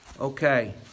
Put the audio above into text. Okay